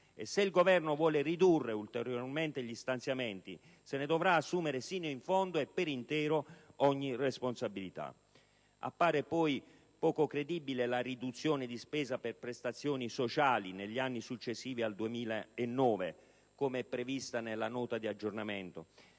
E se il Governo vuole ridurre ulteriormente gli stanziamenti, se ne dovrà assumere sino in fondo e per intero ogni responsabilità. Appare poi poco credibile la riduzione di spesa per prestazioni sociali negli anni successivi al 2009, come prevista nella Nota di aggiornamento,